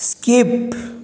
skip